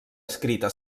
escrita